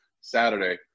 Saturday